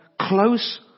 close